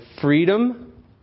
freedom